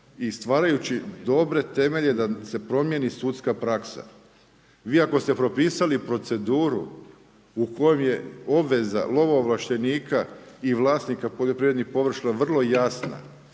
stvarajući dobre temelje da se promijeni sudska praksa. Ako ste propisali proceduru u kojoj je obveza lovoovlaštenika i vlasnika poljoprivrednih površina vrlo jasna